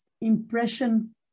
impression